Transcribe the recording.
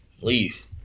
Leave